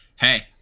hey